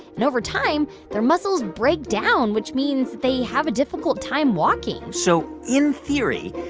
and over time, their muscles break down, which means they have a difficult time walking so in theory,